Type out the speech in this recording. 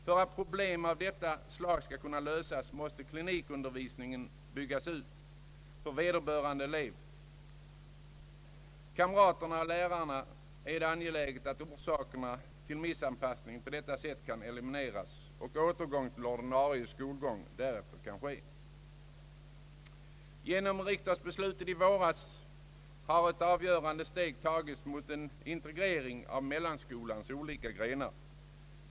För att problem av detta slag skall kunna lösas måste klinikundervisningen byggas ut. För vederbörande elev, för kamraterna och för lärarna är det angeläget att orsakerna till missanpassningen på detta sätt kan elimineras och återgång till ordinarie skolgång därefter kan ske. Genom riksdagsbeslutet i våras har ett avgörande steg tagits mot en integrering av den s.k. mellanskolans olika grenar.